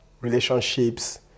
relationships